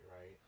right